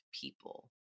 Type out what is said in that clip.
people